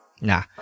Nah